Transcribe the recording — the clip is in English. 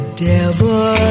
devil